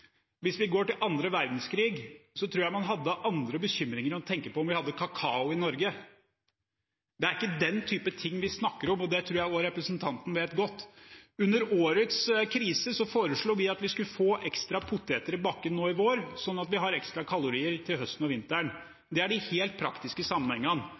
Hvis vi går til annen verdenskrig, tror jeg man hadde andre bekymringer enn å tenke på om vi hadde kakao i Norge. Det er ikke den type ting vi snakker om, og det tror jeg også representanten Nilsen vet godt. Under årets krise foreslo vi at vi skulle få ekstra poteter i bakken nå i vår, slik at vi har ekstra kalorier til høsten og vinteren. Det er de helt praktiske sammenhengene.